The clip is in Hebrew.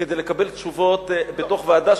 כדי לקבל תשובות בתוך ועדה,